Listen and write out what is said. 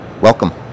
Welcome